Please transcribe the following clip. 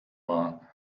war